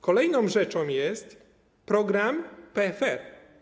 Kolejną rzeczą jest program PFR.